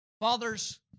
Fathers